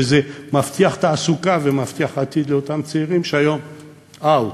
שזה מבטיח תעסוקה ומבטיח עתיד לאותם צעירים שהם היום out,